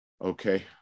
Okay